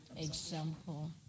example